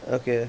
okay